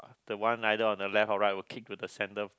the one either on the left or right will kick to the center